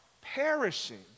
perishing